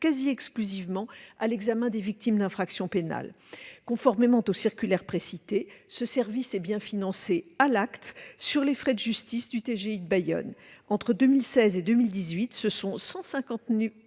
quasi exclusivement à l'examen des victimes d'infractions pénales. Conformément aux circulaires précitées, ce service est bien financé à l'acte sur les frais de justice du TGI de Bayonne. Entre 2016 et 2018, ce sont 159 989